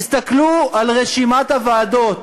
תסתכלו על רשימת הוועדות.